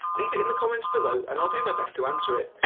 leave it in the comments below and i'll do my best to answer it.